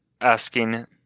asking